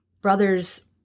brother's